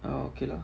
oh okay lah